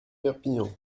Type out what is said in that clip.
perpignan